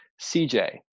CJ